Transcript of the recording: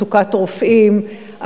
מצוקת רופאים.